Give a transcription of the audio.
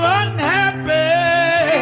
unhappy